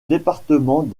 département